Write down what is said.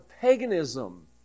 paganism